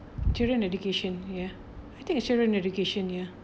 children education ya I think children education ya